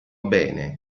bene